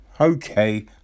okay